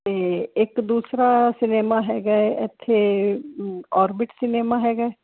ਤੇ ਇੱਕ ਦੂਸਰਾ ਸਿਨੇਮਾ ਹੈਗਾ ਇੱਥੇ ਔਰਬਿਟ ਸਿਨੇਮਾ ਹੈਗਾ